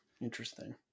Interesting